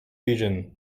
region